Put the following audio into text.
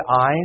eyes